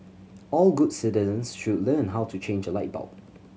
all good citizens should learn how to change a light bulb